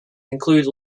include